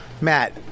Matt